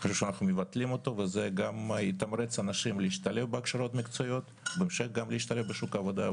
זה יתמרץ אנשים להשתלב בהכשרות מקצועיות ובהמשך להשתלב גם בשוק העבודה,